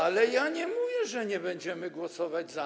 Ale ja nie mówię, że nie będziemy głosować za.